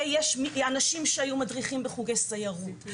יש אנשים שהיו מדריכים בחוגי סיירות,